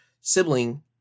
sibling